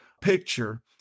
picture